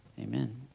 Amen